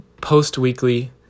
Post-weekly